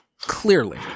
Clearly